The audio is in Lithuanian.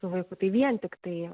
su vaiku tai vien tiktai